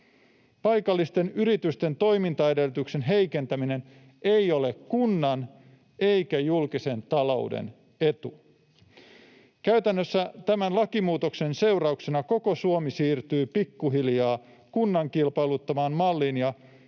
Paikallisten yritysten toimintaedellytysten heikentäminen ei ole kunnan eikä julkisen talouden etu. Käytännössä tämän lakimuutoksen seurauksena koko Suomi siirtyy pikkuhiljaa kunnan kilpailuttamaan malliin ja